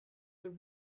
for